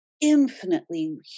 infinitely